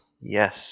Yes